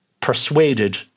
persuaded